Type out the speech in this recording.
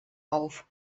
auf